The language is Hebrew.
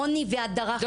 עוני והדרה חברתית